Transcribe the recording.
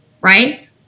Right